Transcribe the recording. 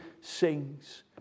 sings